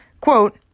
Quote